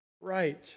right